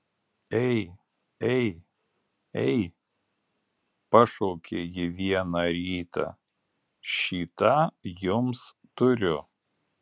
ei ei ei pašaukė ji vieną rytą šį tą jums turiu